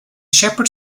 shepherd